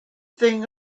thing